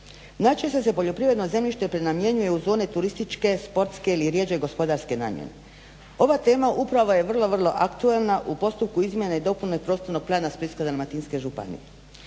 Najčešće se poljoprivredno zemljište prenamjenjuje u zone turističke, sportske ili rjeđe gospodarske namjene. Ova tema upravo je vrlo, vrlo aktualna u postupku izmjene i dopune prostornog plana Splitsko-dalmatinske županije.